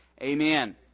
Amen